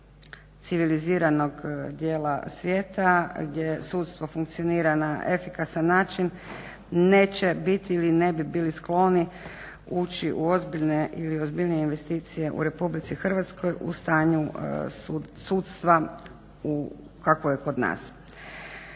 civiliziranog dijela svijeta gdje sudstvo funkcionira na efikasan način neće biti ili ne bi bili skloni ući u ozbiljne ili ozbiljnije investicije u RH u stanju sudstva kakvo je kod nas.